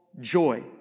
joy